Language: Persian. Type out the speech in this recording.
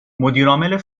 مدیرعامل